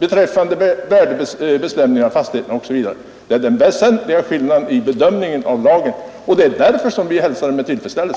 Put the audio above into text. det gäller värdebeständigheten av fastigheten, som de inte tidigare haft. Det är den väsentliga skillnaden vid bedömningen av lagen, och det är därför vi hälsar lagändringen med tillfredsställelse.